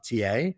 TA